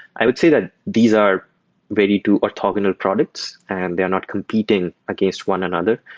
i would say that these are very two orthogonal products and they are not competing against one another.